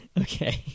Okay